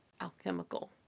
alchemical